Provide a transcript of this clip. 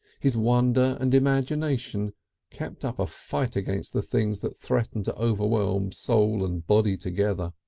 his wonder and imagination kept up a fight against the things that threatened to overwhelm soul and body together.